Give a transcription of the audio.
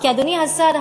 אדוני השר,